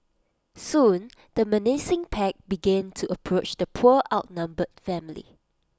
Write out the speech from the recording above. soon the menacing pack began to approach the poor outnumbered family